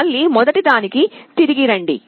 మళ్ళీ మొదటిదానికి తిరిగి రండి